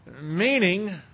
Meaning